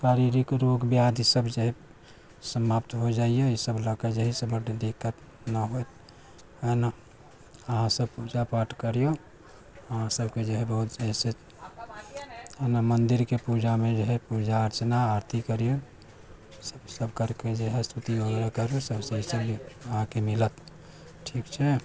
शारीरिक रोग व्याधि सब जे है समाप्त हो जाइया सब लेके जे है सं बड दिक्कत ना होत अहाँ सब पूजा पाठ करिऔ अहाँ सबके जे है बहुत एसे मने मंदिर की पूजा मे जे है पूजा अर्चना आरती करिऔ सब करके जे है स्तुति वगैरह करबै सब सही अहाँके मिलत ठीक छै